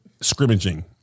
scrimmaging